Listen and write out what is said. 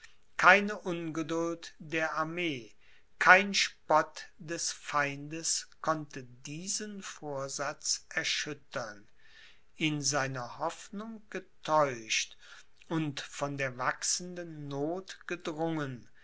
keine ungeduld der armee kein spott des feindes konnte diesen vorsatz erschüttern in seiner hoffnung getäuscht und von der wachsenden noth gedrungen